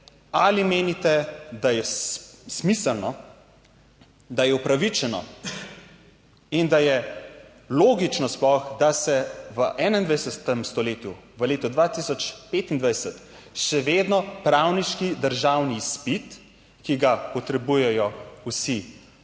ali menite, da je smiselno, da je upravičeno in da je logično sploh, da se v 21. stoletju, v letu 2025 še vedno pravniški državni izpit, ki ga potrebujejo vsi